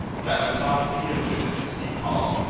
let a cauzee and witnesses be called,